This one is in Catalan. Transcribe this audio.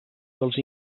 dels